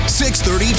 6.30